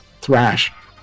Thrash